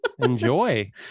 enjoy